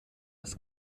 ist